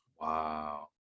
wow